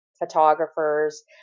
photographers